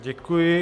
Děkuji.